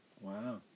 Wow